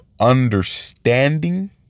understanding